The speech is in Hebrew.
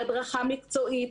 להדרכה מקצועית,